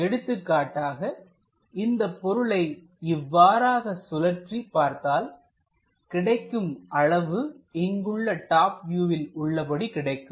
எடுத்துக்காட்டாக இந்தப் பொருளை இவ்வாறாக சுழற்றி பார்த்தால்கிடைக்கும் அளவு இங்குள்ள டாப் வியூவில் உள்ளபடி கிடைக்கும்